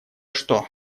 что